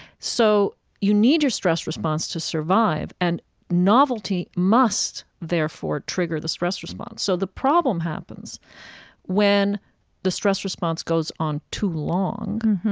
so you need your stress response to survive. and novelty must, therefore, trigger the stress response. so the problem happens when the stress response goes on too long,